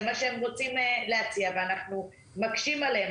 זה מה שהם רוצים להציע, רק אנחנו מקשים עליהם.